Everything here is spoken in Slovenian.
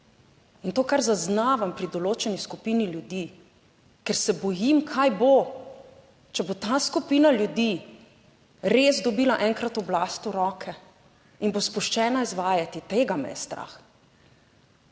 in to, kar zaznavam pri določeni skupini ljudi, ker se bojim, kaj bo, če bo ta skupina ljudi res dobila enkrat oblast v roke in bo sproščena izvajati. Tega me je strah.